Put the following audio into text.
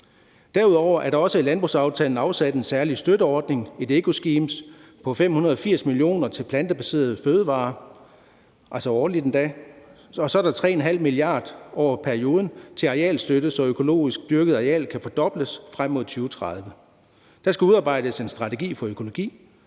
Derudover er der også i landbrugsaftalen afsat en særlig støtteordning, et eco-scheme, på 580 mio. kr. til plantebaserede fødevarer, altså endda årligt, og så er der 3,5 mia. kr. over perioden til arealstøtte, så det økologisk dyrkede areal kan fordobles frem mod 2030. Der skal udarbejdes en strategi for økologi,